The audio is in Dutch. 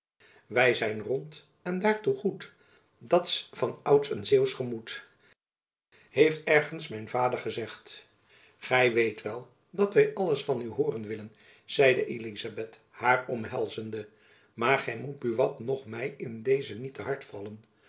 wy zijn ront en daertoe goet dat s van outs een zeeuwsch gemoet heeft ergens mijn vader gezegd gy weet wel dat wy alles van u hooren willen zeide elizabeth haar omhelzende maar gy moet buat noch my in dezen niet te hard vallen